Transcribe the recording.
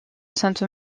sainte